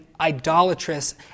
idolatrous